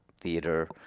theater